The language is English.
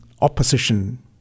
opposition